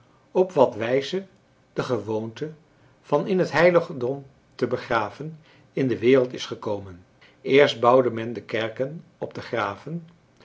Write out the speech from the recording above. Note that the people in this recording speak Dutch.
op wat wijze de gewoonte van in het heiligdom te begraven in de wereld is gekomen eerst bouwde men de kerken op de graven